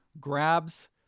grabs